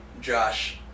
Josh